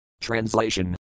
Translation